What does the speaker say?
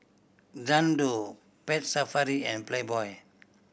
Xndo Pet Safari and Playboy